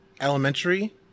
elementary